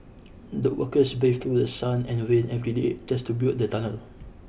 the workers braved through the sun and rain every day just to build the tunnel